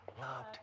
loved